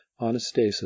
Anastasis